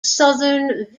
southern